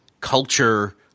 culture –